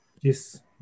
Yes